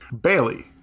Bailey